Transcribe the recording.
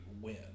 win